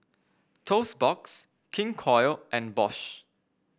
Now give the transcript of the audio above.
Toast Box King Koil and Bosch